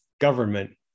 government